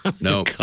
No